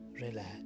relax